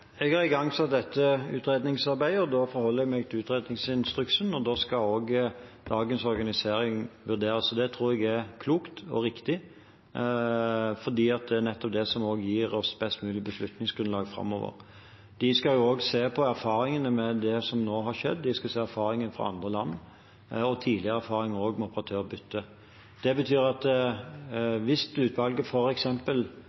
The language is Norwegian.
Jeg har igangsatt dette utredningsarbeidet. Da forholder jeg meg til utredningsinstruksen, og da skal også dagens organisering vurderes. Det tror jeg er klokt og riktig, for det er nettopp det som gir oss best mulig beslutningsgrunnlag framover. Ekspertgruppen skal også se på erfaringene fra det som nå har skjedd, erfaringene fra andre land og også på tidligere erfaringer fra operatørbytte. Det betyr at